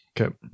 okay